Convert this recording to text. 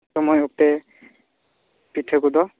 ᱥᱚᱢᱚᱭ ᱚᱠᱛᱮ ᱯᱤᱴᱷᱟᱹ ᱠᱚᱫᱚ